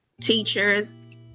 teachers